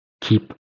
keep